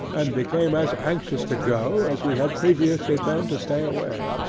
and became as anxious to go, as we had previously been to stay away.